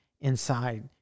inside